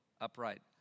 upright